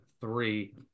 three